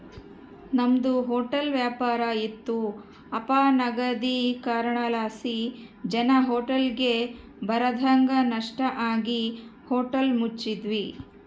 ನಮ್ದು ಹೊಟ್ಲ ವ್ಯಾಪಾರ ಇತ್ತು ಅಪನಗದೀಕರಣಲಾಸಿ ಜನ ಹೋಟ್ಲಿಗ್ ಬರದಂಗ ನಷ್ಟ ಆಗಿ ಹೋಟ್ಲ ಮುಚ್ಚಿದ್ವಿ